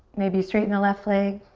maybe straighten the left leg.